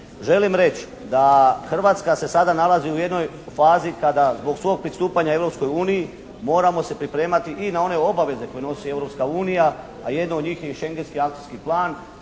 Želim reć' da Hrvatska se sada nalazi u jednoj fazi gdje zbog svog pristupanja Europskoj uniji, moramo se pripremati i na one obaveze koje nosi Europska unija ja jedno od njih je i Schengenski akcijski plan